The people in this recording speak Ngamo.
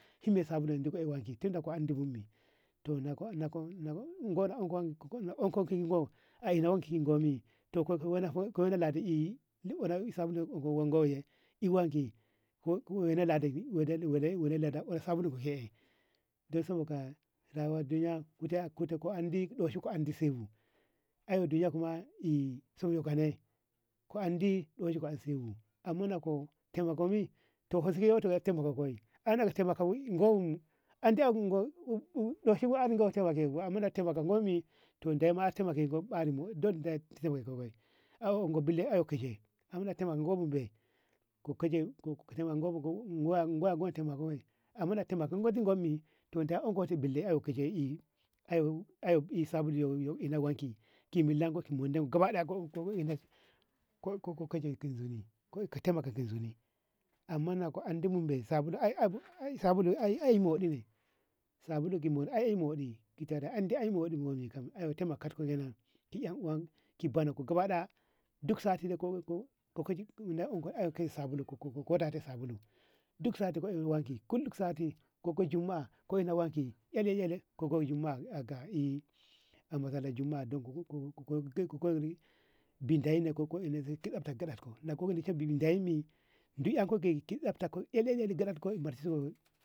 Hin me sabulum dikko ae wanki tunda ko andi bume to gono unko ko a ina wanki ka'i gomi to ko ka wana lada unno sabulu bo wangi ey i wanki ko wena lada unno sabuluye ye dan saboda rayuwa duniya ka andi doshi ka andi ko siyebu amman nako taimako me to shiye ka manto an taimaka ko bi andi na ɗoshi bu andi an taimaka ko to deyi na taimakako bari moɗi don de taimako bei anguwa na taimakeno bai amman na taimaka goji gombi da ankoti billa koje'i au ay sabulu ko ina wanki ki milla ki munde ko gabadaya ko inaso ka zaitu zuni ka taimakoti zoni amman na ko andibu me sabulu sabulu ae ae moɗi ne sabulu gid mudi ae mudi gita ka andi ae moɗine ki yan uwa ki badnunku duk sati niku enko sabulu duk sati ka eno wanki ko jumma'a ka ino wanki ele ele kogo jumma'a aka ey a masallaci jumma'a ga ko bin dayi me ka iko sabtako galargalar gaɗarko marso.